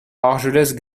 argelès